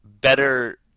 better